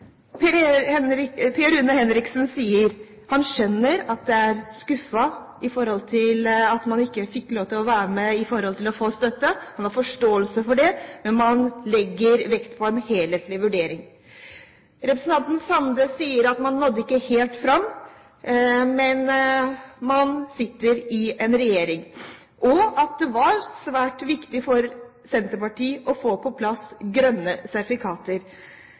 at man ikke fikk støtte – han har forståelse for det – men sier at man legger vekt på en helhetlig vurdering. Representanten Sande sier at man ikke nådde helt fram – selv om man sitter i regjering – og at det var svært viktig for Senterpartiet å få på plass grønne sertifikater.